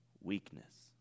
weakness